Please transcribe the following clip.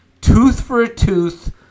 tooth-for-a-tooth